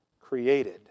created